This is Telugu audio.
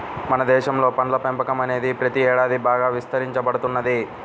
మన దేశంలో పండ్ల పెంపకం అనేది ప్రతి ఏడాది బాగా విస్తరించబడుతున్నది